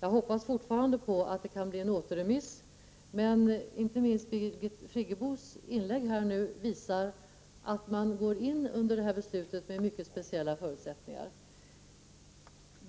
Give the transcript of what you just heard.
Jag hoppas fortfarande att det kan bli en återremiss, men inte minst Birgit Friggebos inlägg här nu visar att man går in under det här beslutet med mycket speciella förutsättningar.